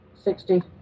sixty